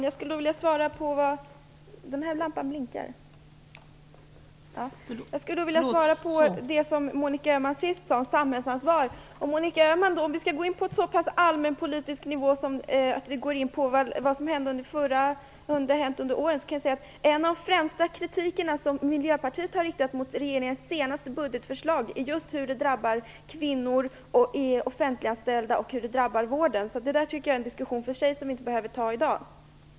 Fru talman! Jag skulle vilja svara på det som Monica Öhman sist sade om samhällsansvar, om vi skall gå in på en så pass allmänpolitisk nivå att vi talar om vad som hänt under åren. Den kritik som Miljöpartiet främst har riktat som regeringens senaste budgetförslag är just hur det drabbar kvinnor, offentliganställda och vården. Det tycker jag är en diskussion för sig som vi inte behöver ta i dag.